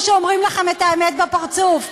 או כשאומרים לכם את האמת בפרצוף?